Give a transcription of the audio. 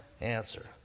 answer